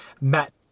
Matt